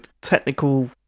technical